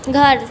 घर